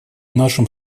нашим